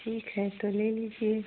ठीक है तो ले लीजिए